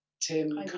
Tim